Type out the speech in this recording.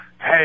Hey